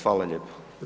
Hvala lijepo.